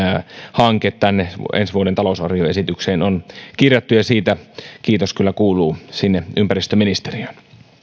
hanke tänne ensi vuoden talousarvioesitykseen on kirjattu ja siitä kiitos kyllä kuuluu sinne ympäristöministeriöön